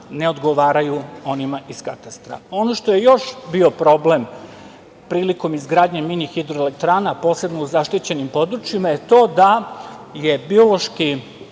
ne odgovaraju onima iz Katastra. Ono što je još bio problem prilikom izgradnje mini hidroelektrana, posebno u zaštićenim područjima je to da je minimalni